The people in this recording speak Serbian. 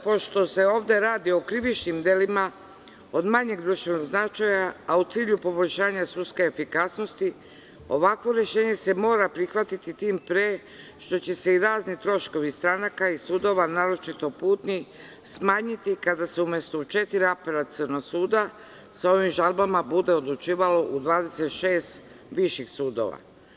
Pošto se ovde radi o krivičnim delima od manjeg društvenog značaja, a u cilju poboljšanja sudske efikasnosti, ovakvo rešenje se mora prihvatiti tim pre što će se i razni troškovi stranaka i sudova, naročito putni smanjiti kada se u mesto u četiri apelaciona suda sa ovim žalbama bude odlučivalo u 26 viših sudova.